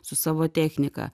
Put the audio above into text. su savo technika